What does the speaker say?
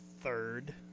third